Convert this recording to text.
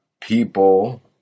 people